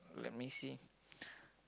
let me see